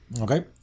Okay